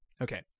Okay